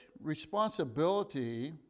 responsibility